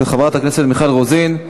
של חברת הכנסת מיכל רוזין.